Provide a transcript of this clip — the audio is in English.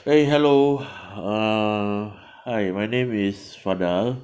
eh hello uh hi my name is fadal